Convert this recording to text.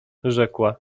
rzekła